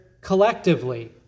collectively